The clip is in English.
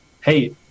hey